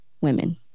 women